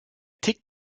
tickt